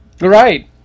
Right